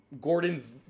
Gordon's